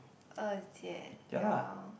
二姐:Er Jie your